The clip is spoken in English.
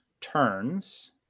turns